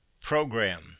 Program